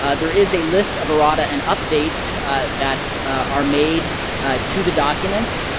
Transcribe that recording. ah there is a list of errata and updates that are made to the document,